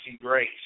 Grace